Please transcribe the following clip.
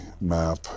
map